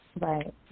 Right